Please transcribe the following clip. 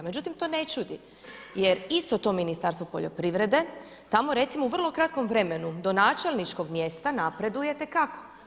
Međutim, to ne čudi jer isti to Ministarstvo poljoprivrede, tamo recimo u vrlo kratkom vremenu do načelničkog mjesta napredujete, kako?